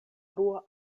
bruo